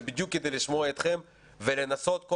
זה בדיוק כדי לשמוע אתכם ולנסות כל